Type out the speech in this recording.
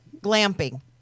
glamping